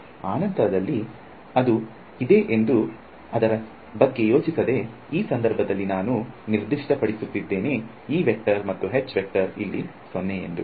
ಅನಂತದಲ್ಲಿ ಅದು ಇದೆ ಎಂದು ಅದರ ಬಗ್ಗೆ ಯೋಚಿಸದೆ ಈ ಸಂದರ್ಭದಲ್ಲಿ ನಾನು ನಿರ್ದಿಷ್ಟಪಡಿಸಿದ್ದೇನೆ ಮತ್ತು ಇಲ್ಲಿ 0 ಎಂದು